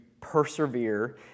persevere